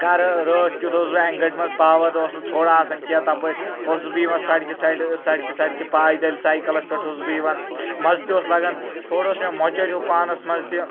گَرٕ رٲتھ کِیُتھ اوسُس بہٕ انہِ گٹہِ منٛز پاور اوس تھوڑا آسان کینٛہہ تپٲرۍ اوسُس بہٕ یِوان سڑکہِ سایڈٕ سڑکہِ سڑکہِ پایدَل سَایکَلس پیٹھ اوسُس بہٕ یِوان مَزٕ تہِ اوس لَگان تھوڑا اوس مےٚ مۄچَر ہیٚوٗ پانَس منٛز تہِ